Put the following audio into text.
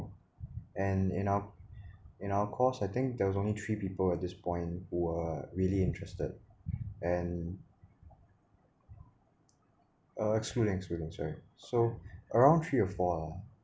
and you know in our course I think there was only three people at this point who were really interested and uh excluding excluding sorry so around three or four lah